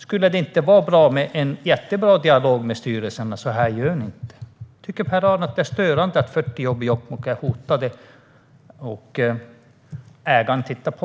Skulle det inte vara bra med en dialog med styrelsen om att man inte gör så här? Tycker inte Per-Arne Håkansson att det är störande att 40 jobb i Jokkmokk är hotade, medan ägaren tittar på?